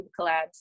collabs